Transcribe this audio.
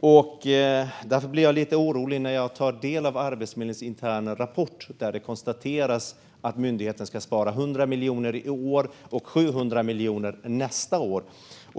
Jag blir därför lite orolig när jag tar del av Arbetsförmedlingens interna rapport där det konstateras att myndigheten ska spara 100 miljoner i år och 700 miljoner nästa år.